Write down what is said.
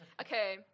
Okay